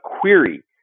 query